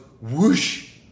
whoosh